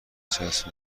چسب